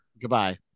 Goodbye